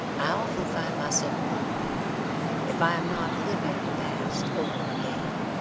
i often find myself wondering if i am not living the past over again.